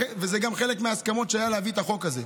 ואלה גם חלק מההסכמות שהיו להביא את החוק הזה,